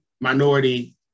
minority